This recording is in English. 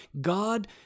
God